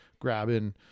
grabbing